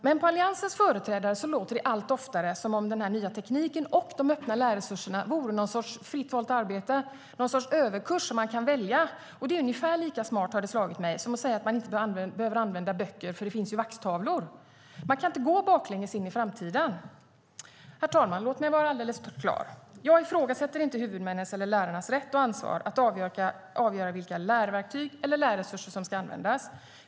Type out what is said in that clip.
Men på Alliansens företrädare låter det allt oftare som om den nya tekniken och de öppna lärresurserna vore någon sorts fritt valt arbete eller överkurs som man kan välja. Det är ungefär lika smart, har det slagit mig, som att säga att man inte behöver använda böcker för det finns ju vaxtavlor. Man kan inte gå baklänges in i framtiden! Herr talman! Låt mig vara alldeles klar. Jag ifrågasätter inte huvudmännens och lärarnas rätt och ansvar att avgöra vilka lärverktyg eller lärresurser som ska användas.